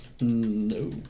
No